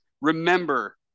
remember